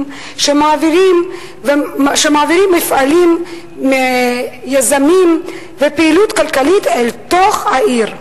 שמעבירים מפעלים ומיזמים ופעילות כלכלית אל תוך העיר".